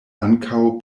ankaŭ